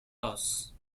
loss